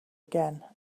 again